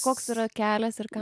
koks yra kelias ir ką